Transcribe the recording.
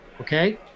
okay